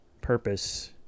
purpose